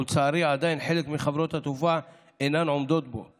ולצערי עדיין חלק מחברות התעופה אינן עומדות בו.